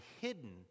hidden